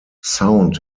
sound